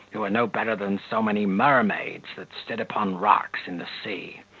who are no better than so many mermaids, that sit upon rocks in the sea,